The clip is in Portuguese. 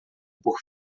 por